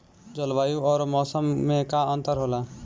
जलवायु और मौसम में का अंतर होला?